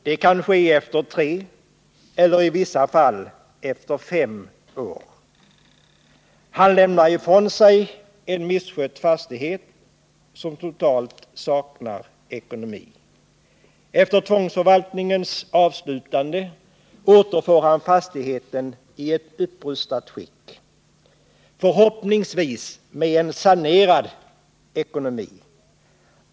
Det kan ske efter tre eller — i vissa fall — efter fem år. Fastighetsägaren lämnar ifrån sig en misskött fastighet som totalt saknar ekonomi. Efter tvångsförvaltningens avslutande återfår han fastigheten i ett upprustat skick, förhoppningsvis med en sanerad ekonomi.